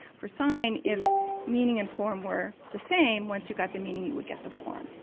for sign, if meaning and form were the same once you got the meaning you would get the form.